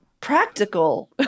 practical